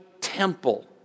temple